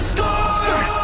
Score